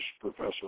Professor